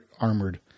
armored